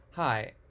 Hi